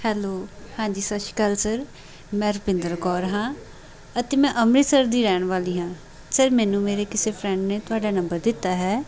hello ਹਾਂਜੀ ਸਤਿ ਸ਼੍ਰੀ ਅਕਾਲ ਸਰ ਮੈਂ ਰੁਪਿੰਦਰ ਕੌਰ ਹਾਂ ਅਤੇ ਮੈਂ ਅੰਮ੍ਰਿਤਸਰ ਦੀ ਰਹਿਣ ਵਾਲੀ ਹਾਂ ਸਰ ਮੈਨੂੰ ਮੇਰੇ ਕਿਸੇ ਫਰੈਂਡ ਨੇ ਤੁਹਾਡਾ ਨੰਬਰ ਦਿੱਤਾ ਹੈ